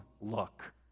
look